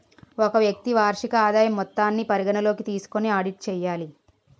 ఒక వ్యక్తి వార్షిక ఆదాయం మొత్తాన్ని పరిగణలోకి తీసుకొని ఆడిట్ చేయాలి